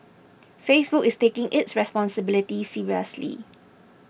Facebook is taking its responsibility seriously